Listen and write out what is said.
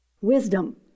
Wisdom